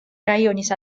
რაიონის